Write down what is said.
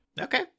Okay